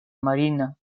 marina